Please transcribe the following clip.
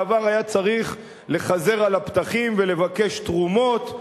בעבר היה צריך לחזר על הפתחים ולבקש תרומות,